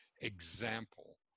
example